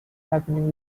happening